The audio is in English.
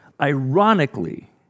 Ironically